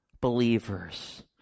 believers